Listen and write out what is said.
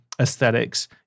aesthetics